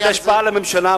את ההשפעה על הממשלה,